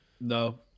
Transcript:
No